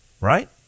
Right